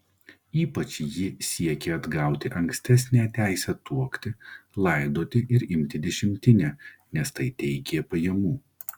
ypač ji siekė atgauti ankstesnę teisę tuokti laidoti ir imti dešimtinę nes tai teikė pajamų